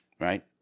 right